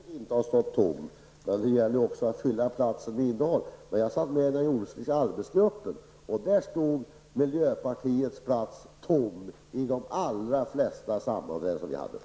Fru talman! Det är riktigt att er plats i jordbruksutskottet inte har stått tom, men det gäller också att fylla den med innehåll. Jag var med i den jordbrukspolitiska arbetsgruppen och där stod miljöpartiets plats tom vid de allra flesta sammanträden.